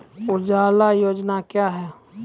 उजाला योजना क्या हैं?